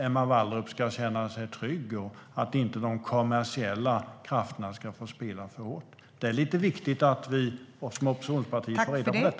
Emma Wallrup vill ju först känna sig trygg och inte låta de kommersiella krafterna få spela för hårt. Det är lite viktigt att vi som oppositionsparti får reda på det.